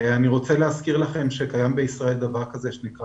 אני רוצה להזכיר לכם שקיים בישראל האיגוד